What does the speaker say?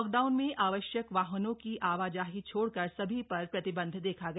lockdown में आवश्यक वाहनों की आवाजाही छोड़कर सभी पर प्रतिबंध देखा गया